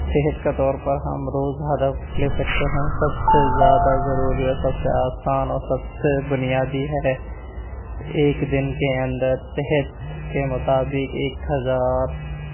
صحت کا طور پر ہم روز ہدف لے سکتے ہیں سب سے زیادہ ضروری اور سب سے آسان اور سب سے بنیادی ہے ایک دن کے اندر صحت کے مطابق ایک ہزار